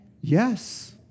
Yes